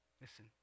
listen